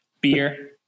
beer